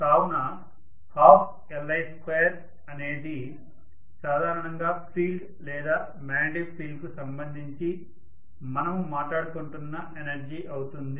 కావున 12Li2అనేది సాధారణంగా ఫీల్డ్ లేదా మ్యాగ్నెటిక్ ఫీల్డ్ కు సంబంధించి మనము మాట్లాడుకుంటున్న ఎనర్జీ అవుతుంది